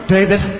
David